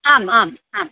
आम् आम् आम्